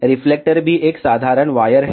reflector भी एक साधारण वायर है